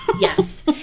yes